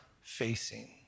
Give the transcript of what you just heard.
facing